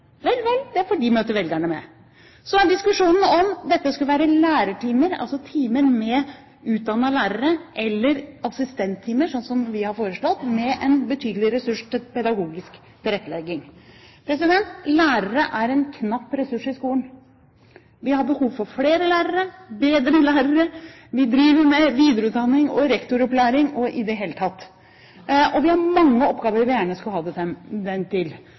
Vel, vel, det får de møte velgerne med. Så er diskusjonen om dette skal være lærertimer, altså timer med utdannede lærere, eller assistenttimer, sånn som vi har foreslått, med en betydelig ressurs til pedagogisk tilrettelegging. Lærere er en knapp ressurs i skolen. Vi har behov for flere lærere og bedre lærere. Vi driver med videreutdanning og rektoropplæring og i det hele tatt. Vi har mange oppgaver som vi gjerne skulle ha dem til. Når det gjelder hjelp til